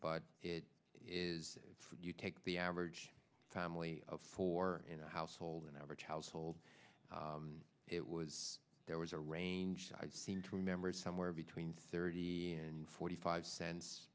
but it is you take the average family of four in the household an average household it was there was a range for members somewhere between thirty and forty five cents